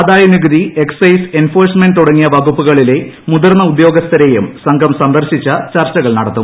ആദായനികുതി excise enforcement തുടങ്ങിയ വകുപ്പുകളിലെ മുതിർന്ന ഉദ്ദ്യീാഗസ്ഥരെയും സംഘം സന്ദർശിച്ച് ചർച്ചകൾ നടത്തും